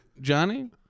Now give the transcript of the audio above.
Johnny